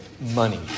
Money